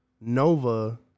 Nova